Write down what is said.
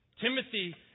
Timothy